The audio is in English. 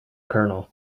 colonel